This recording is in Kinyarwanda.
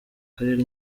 karere